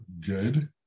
good